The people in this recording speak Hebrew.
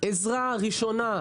עזה ראשונה,